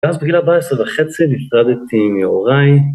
ואז בגיל 14 וחצי נפרדתי מהורי